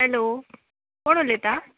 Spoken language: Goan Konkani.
हॅलो कोण उलयता